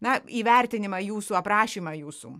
na įvertinimą jūsų aprašymą jūsų